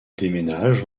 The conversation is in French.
déménagent